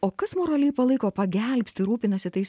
o kas moraliai palaiko pagelbsti rūpinasi tais